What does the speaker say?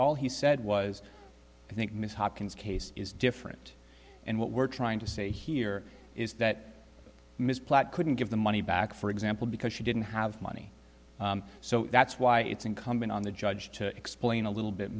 all he said was i think ms hopkins case is different and what we're trying to say here is that ms platt couldn't give the money back for example because she didn't have money so that's why it's incumbent on the judge to explain a little bit